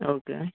okay